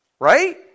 right